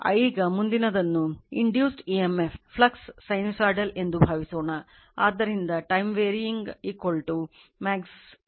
ಈಗ ಮುಂದಿನದನ್ನು induced voltage ಆಗಿದೆ